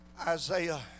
Isaiah